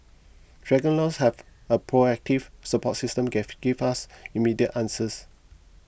dragon Laws has a proactive support system give gives us immediate answers